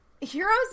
Heroes